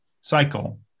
cycle